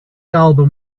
album